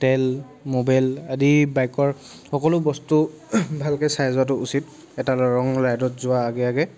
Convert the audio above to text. তেল ম'বিল আদি বাইকৰ সকলো বস্তু ভালকৈ চাই যোৱাটো উচিত এটা লং ৰাইডত যোৱাৰ আগে আগে